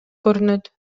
көрүнөт